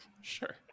Sure